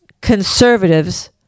conservatives